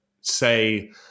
say